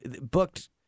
booked